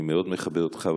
אני מאוד מכבד אותך,